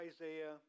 Isaiah